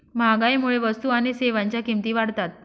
महागाईमुळे वस्तू आणि सेवांच्या किमती वाढतात